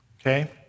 Okay